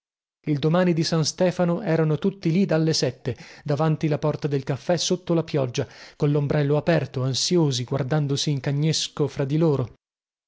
il domani di san stefano erano tutti lì dalle sette davanti la porta del caffè sotto la pioggia collombrello aperto ansiosi guardandosi in cagnesco fra di loro